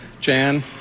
Jan